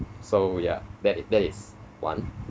so ya that that is one